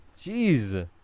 Jeez